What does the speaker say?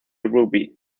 rugby